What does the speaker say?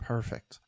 Perfect